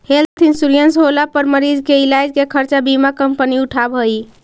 health insurance होला पर मरीज के इलाज के खर्चा बीमा कंपनी उठावऽ हई